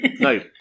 No